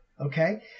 Okay